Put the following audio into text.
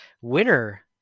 winner